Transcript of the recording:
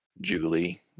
Julie